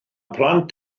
plant